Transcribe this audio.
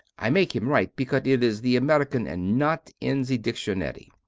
i make him write because it is the american and not in the dictionary.